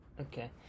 Okay